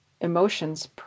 emotions